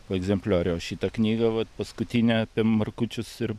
po egzempliorių o šitą knygą vat paskutinę apie markučius ir